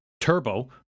turbo